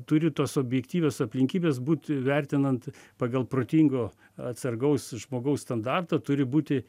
turi tos objektyvios aplinkybės būt vertinant pagal protingo atsargaus žmogaus standartą turi būti